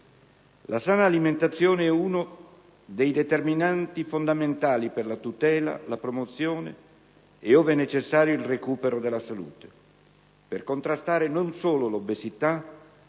La sana alimentazione è uno dei determinanti fondamentali per la tutela, la promozione e, ove necessario, il recupero della salute, per contrastare non solo l'obesità